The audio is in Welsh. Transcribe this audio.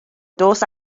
dos